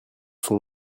sont